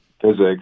physics